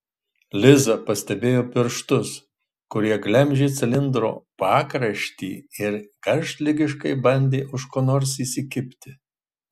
liza pastebėjo pirštus kurie gremžė cilindro pakraštį ir karštligiškai bandė už ko nors įsikibti